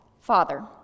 Father